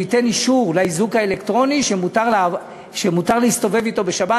והוא ייתן אישור לאיזוק האלקטרוני שמותר להסתובב אתו בשבת.